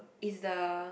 is the